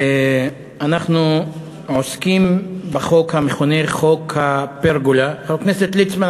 אנחנו עוסקים בחוק המכונה "חוק הפרגולה" חבר הכנסת ליצמן,